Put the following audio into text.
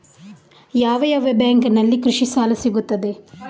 ಯಾವ ಯಾವ ಬ್ಯಾಂಕಿನಲ್ಲಿ ಕೃಷಿ ಸಾಲ ಸಿಗುತ್ತದೆ?